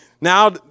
now